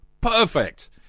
Perfect